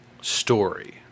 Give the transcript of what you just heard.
story